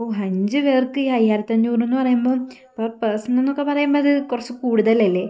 ഓ അഞ്ച് പേർക്ക് ഈ അയ്യായിരത്തി അഞ്ഞൂറ് എന്ന് പറയുമ്പോൾ പെർ പെർസൺ എന്നൊക്കെ പറയുമ്പോൾ അത് കുറച്ച് കൂടുതലല്ലേ